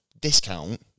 discount